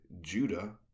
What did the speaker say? Judah